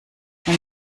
wenn